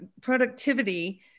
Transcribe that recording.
productivity